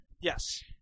yes